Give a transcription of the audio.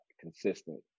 consistent